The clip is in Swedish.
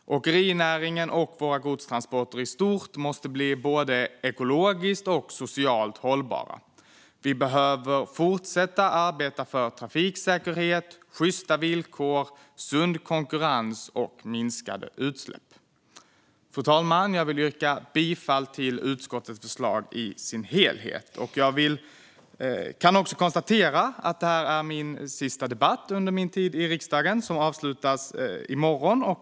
Åkerinäringen och våra godstransporter i stort måste bli både ekologiskt och socialt hållbara. Vi behöver fortsätta arbeta för trafiksäkerhet, sjysta villkor, sund konkurrens och minskade utsläpp. Fru talman! Jag vill yrka bifall till utskottets förslag i sin helhet. Det här är min sista debatt under min tid i riksdagen som avslutas i morgon.